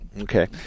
Okay